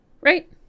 Right